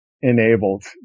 enabled